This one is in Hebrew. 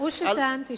הוא שטענתי,